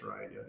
right